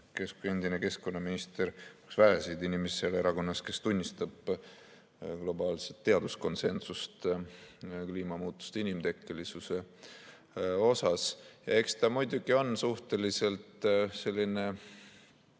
endine keskkonnaminister on üks väheseid inimesi seal erakonnas, kes tunnistab globaalset teaduskonsensust kliimamuutuste inimtekkelisuse osas. Eks see muidugi on suhteliselt nukker